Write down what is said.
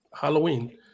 Halloween